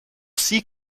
sie